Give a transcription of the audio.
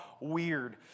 weird